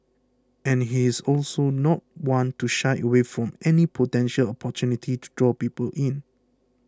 and he is also not one to shy away from any potential opportunity to draw people in